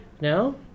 No